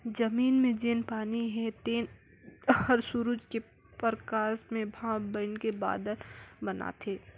जमीन मे जेन पानी हे तेन हर सुरूज के परकास मे भांप बइनके बादर बनाथे